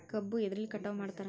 ಕಬ್ಬು ಎದ್ರಲೆ ಕಟಾವು ಮಾಡ್ತಾರ್?